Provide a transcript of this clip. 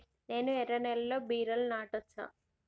నేను ఎర్ర నేలలో బీరలు నాటచ్చా?